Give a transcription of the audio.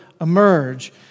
emerge